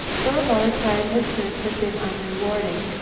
for a long time his search had been unrewarded,